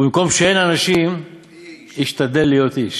ובמקום שאין אנשים השתדל להיות איש."